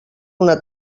una